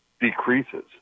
decreases